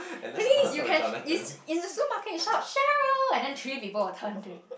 please you can sh~ you in the supermarket you shout a Cheryl and then three people will turn to you